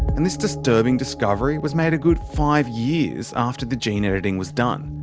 and this disturbing discovery was made a good five years after the gene-editing was done,